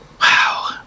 Wow